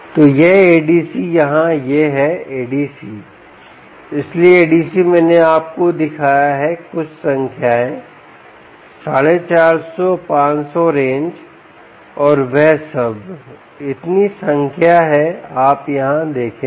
तो यह ADC यहाँ यह है ADC इसलिए ADC मैंने आपको दिखाया है कुछ संख्याएं 450 500 रेंज और वह सब इतनी संख्या है आप यहाँ देखेंगे